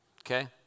Okay